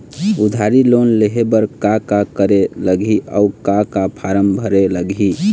उधारी लोन लेहे बर का का करे लगही अऊ का का फार्म भरे लगही?